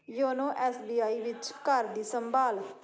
YONO S B I ਵਿੱਚ ਘਰ ਦੀ ਸੰਭਾਲ